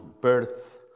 birth